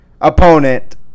opponent